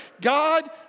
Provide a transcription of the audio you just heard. God